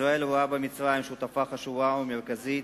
ישראל רואה במצרים שותפה חשובה ומרכזית